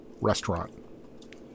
Restaurant